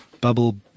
Bubble